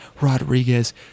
Rodriguez